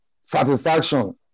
satisfaction